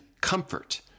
comfort